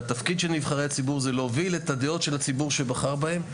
והתפקיד של נבחרי הציבור הוא להוביל את הדעות של הציבור שבחר בהם.